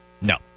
No